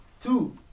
Two